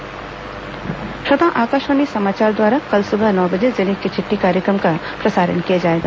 जिले की चिटठी श्रोताओं आकाशवाणी समाचार द्वारा कल सुबह नौ बजे जिले की चिट्ठी कार्यक्रम का प्रसारण किया जाएगा